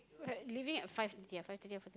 like leaving at five ya five P_M